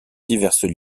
diverses